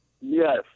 Yes